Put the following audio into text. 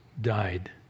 died